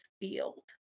field